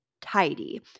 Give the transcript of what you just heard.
tidy